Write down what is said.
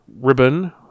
Ribbon